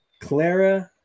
Clara